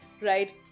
right